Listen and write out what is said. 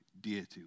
deity